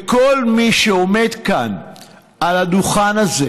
וכל מי שעומד כאן על הדוכן הזה